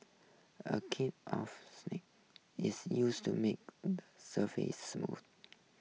a cake of is used to make surface smooth